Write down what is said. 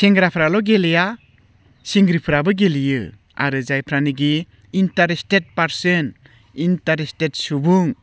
सेंग्राफ्राल' गेलेया सिंग्रिफ्राबो गेलेयो आरो जायफ्रानाखि इन्टारिस्टेट पारसन इन्टारिस्टेट सुबुं